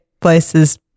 places